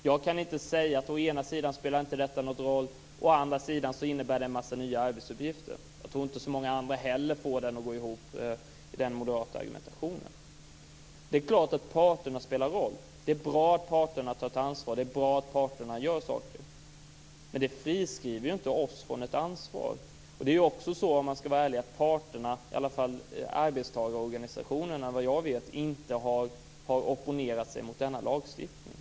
Jag kan inte säga: Å ena sidan spelar inte detta någon roll, å andra sidan innebär det en massa nya arbetsuppgifter. Jag tror inte att många andra heller får den moderata argumentationen att gå ihop. Det är klart att parterna spelar roll. Det är bra att parterna tar ansvar. Det är bra att parterna gör saker. Men det friskriver inte oss från vårt ansvar. Det är ju också så, om man skall vara ärlig, att parterna, i alla fall arbetstagarorganisationerna, vad jag vet inte har opponerat sig mot denna lagstiftning.